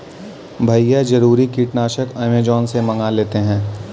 भैया जरूरी कीटनाशक अमेजॉन से मंगा लेते हैं